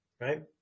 right